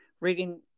reading